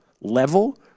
level